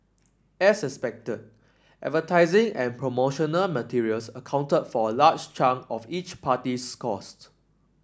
as expected and promotional materials accounted for a large chunk of each party's costs